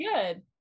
good